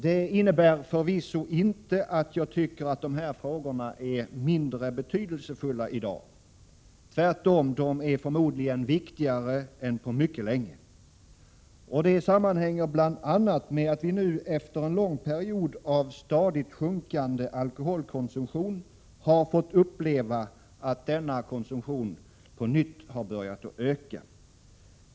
Det innebär förvisso inte att jag tycker att dessa frågor är mindre betydelsefulla i dag. Tvärtom, de är förmodligen viktigare än på mycket länge. Och det sammanhänger bl.a. med att vi nu efter en lång period av stadigt sjunkande alkoholkonsumtion har fått uppleva att konsumtionen på nytt har börjat öka.